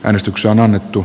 äänestyksen annettu